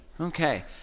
Okay